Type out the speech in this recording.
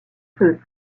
peut